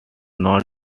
not